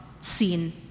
seen